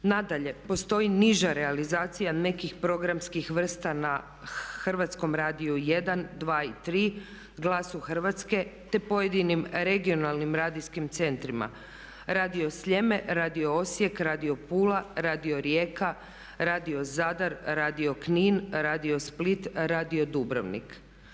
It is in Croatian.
Nadalje, postoji niža realizacija nekih programskih vrsta na Hrvatskom radiju jedan, dva i tri, Glasu Hrvatske, te pojedinim regionalnim radijskim centrima radio Sljeme, radio Osijek, radio Pula, radio Rijeka, radio Zadar, radio Knin, radio Split, radio Dubrovnik.